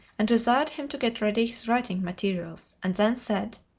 and desired him to get ready his writing materials, and then said